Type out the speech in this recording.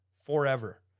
forever